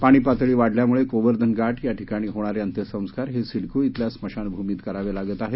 पाणी पातळी वाढल्यामुळे गोवर्धन घाट या ठिकाणी होणारे अंत्यसंस्कार हे सिडको इथल्या स्मशान भूमीत करावे लागत आहेत